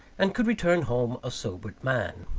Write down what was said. and could return home a sobered man.